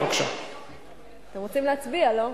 אתם רוצים להצביע, לא?